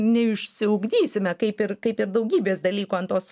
neišsiugdysime kaip ir kaip ir daugybės dalykų ant tos